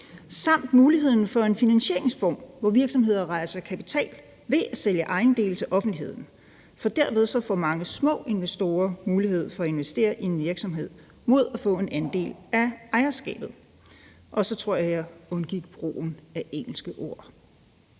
samt muligheden for en finansieringsform, hvor virksomheder rejser kapital ved at sælge ejendele til offentligheden, for derved får mange små investorer mulighed for at investere i en virksomhed mod at få en andel af ejerskabet. Så tror jeg, jeg undgik brugen af engelske ord.